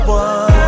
one